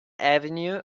avenue